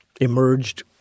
emerged